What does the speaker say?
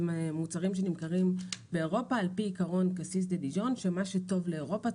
למוצרים שנמכרים באירופה על פי עיקרון שמה שטוב לאירופה,